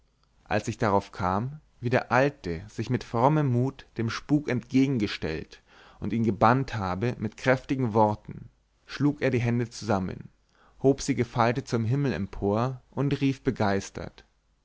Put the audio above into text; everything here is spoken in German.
als ich darauf kam wie der alte sich mit frommem mut dem spuk entgegengestellt und ihn gebannt habe mit kräftigen worten schlug er die hände zusammen hob sie gefaltet zum himmel empor und rief begeistert